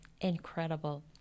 Incredible